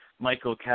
Michael